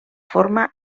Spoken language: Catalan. forma